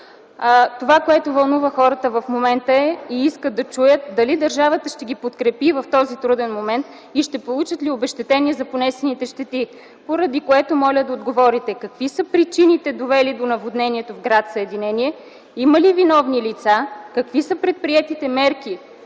Това, което вълнува хората в момента и искат да чуят е: дали държавата ще ги подкрепи в този труден момент и ще получат ли обезщетение за понесените щети? Поради това моля да отговорите: какви са причините довели до наводнението в гр. Съединение, има ли виновни лица, какви са предприетите мерки